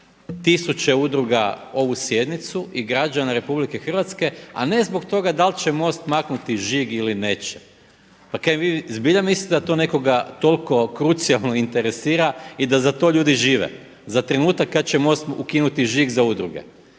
tisuće udruga ovu sjednicu i građana RH, a ne zbog toga dal će MOST maknuti žig ili nećete. Pa kaj vi zbilja mislite da to nekoga toliko krucijalno interesira i da za to ljudi žive, za trenutak kada će MOST ukinuti žig za udruge?